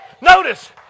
Notice